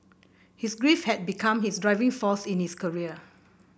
his grief had become his driving force in his career